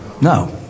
No